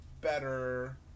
better